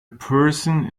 person